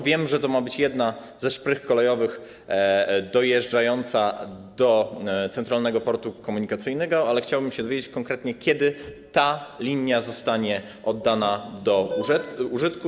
Wiem, że to ma być jedna ze szprych kolejowych wiodących do Centralnego Portu Komunikacyjnego, ale chciałbym się dowiedzieć konkretnie, kiedy ta linia zostanie oddana do użytku.